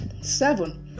Seven